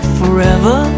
forever